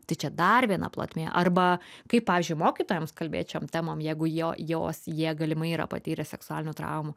tai čia dar viena plotmė arba kaip pavyzdžiui mokytojams kalbėt šiom temom jeigu jo jos jie galimai yra patyrę seksualinių traumų